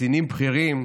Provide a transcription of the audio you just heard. קצינים בכירים,